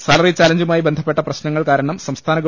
salary ചാലഞ്ചുമായി ബന്ധപ്പെട്ട് പ്രശന്ങ്ങൾ കാരണം സംസ്ഥാന ഗവ